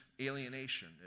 alienation